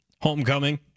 homecoming